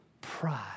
pride